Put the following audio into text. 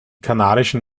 kanarischen